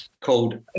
called